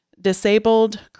disabled